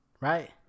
Right